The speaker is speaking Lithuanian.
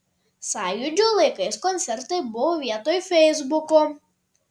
sąjūdžio laikais koncertai buvo vietoj feisbuko